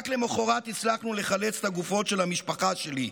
רק למוחרת הצלחנו לחלץ את הגופות של המשפחה שלי,